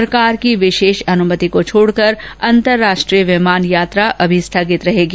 सरकार की विशेष अनुमति को छोडकर अंतरराष्ट्रीय विमान यात्रा अभी स्थगित रहेगी